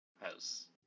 house